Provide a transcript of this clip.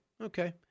Okay